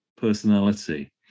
personality